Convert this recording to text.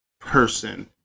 person